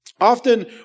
Often